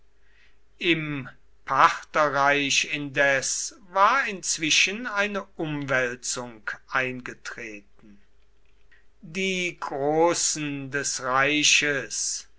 im partherreich indes war inzwischen eine umwälzung eingetreten die großen des reiches